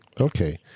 Okay